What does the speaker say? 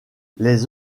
les